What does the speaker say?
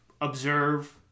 observe